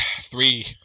three